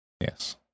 Yes